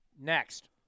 Next